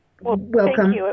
welcome